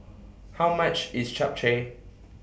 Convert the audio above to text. How much IS Japchae